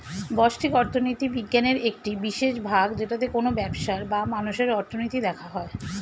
ব্যষ্টিক অর্থনীতি বিজ্ঞানের একটি বিশেষ ভাগ যেটাতে কোনো ব্যবসার বা মানুষের অর্থনীতি দেখা হয়